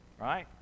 Right